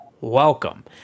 welcome